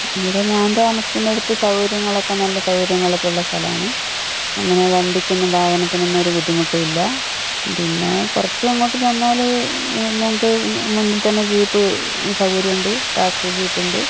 ഇവിടെ ഞാൻ താമസിക്കുന്നിടുത്ത് സൗകര്യങ്ങളൊക്കെ നല്ല സൗകര്യങ്ങളൊക്കെ ഉള്ള സ്ഥലമാണ് അങ്ങനെ വണ്ടിക്കൊന്നും വാഹനത്തിനൊന്നും ഒരു ബുദ്ധിമുട്ടും ഇല്ല പിന്നെ കുറച്ച് അങ്ങോട്ട് ചെന്നാൽ ഞങ്ങൾക്ക് പിന്നെ മുന്നിൽ തന്നെ ജീപ്പ് സൗകര്യമുണ്ട് ടാക്സി ജീപ്പ് ഉണ്ട്